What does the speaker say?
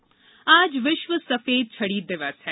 छड़ी दिवस आज विश्व सफेद छड़ी दिवस है